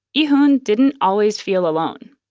ee-hoon didn't always feel alone.